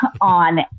on